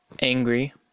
angry